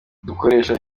dukoresha